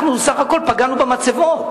אנחנו בסך הכול פגענו במצבות,